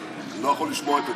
אני לא יכול לשמוע את עצמי.